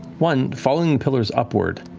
one, following pillars upward,